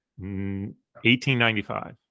1895